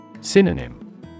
Synonym